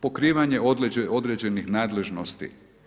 Pokrivanje određenih nadležnosti.